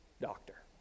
doctor